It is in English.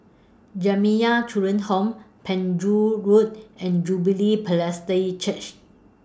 Jamiyah Children's Home Penjuru Road and Jubilee Presbyterian Church